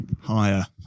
Higher